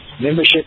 membership